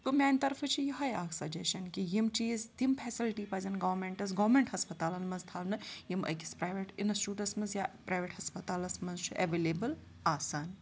تو میٛانہِ طرفہٕ چھِ یِہوٚے اَکھ سَجَشَن کہِ یِم چیٖز تِم فٮ۪سَلٹی پَزَن گورمٮ۪نٛٹَس گورمٮ۪نٛٹ ہَسپَتالَن منٛز تھاونہٕ یِم أکِس پرٛایویٹ اِنسچوٗٹَس منٛز یا پرٛایویٹ ہَسپَتالَس منٛز چھُ اٮ۪وٮ۪لیبٕل آسان